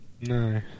No